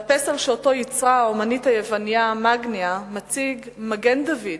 הפסל שאותו יצרה האמנית היוונייה מאגניה מציג מגן-דוד,